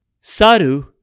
Saru